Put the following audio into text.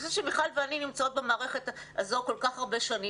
מיכל מנקס ואני נמצאות במערכת הזו כל כך הרבה שנים.